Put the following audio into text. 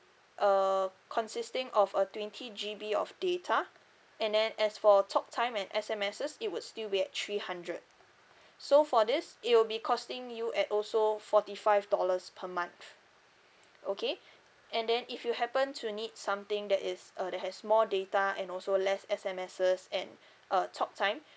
uh consisting of a twenty G_B of data and then as for talk time and S_M_Ses it would still be at three hundred so for this it will be costing you at also forty five dollars per month okay and then if you happen to need something that is uh that has more data and also less S_M_Ss and uh talk time